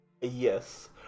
yes